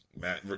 Matt